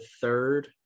third